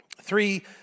Three